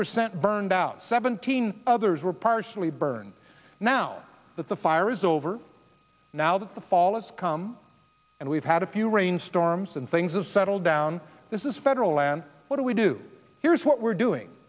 percent burned out seventeen others were partially burned now that the fire is over now that the fall is come and we've had a few rain storms and things has settled down this is federal land what do we do here's what we're doing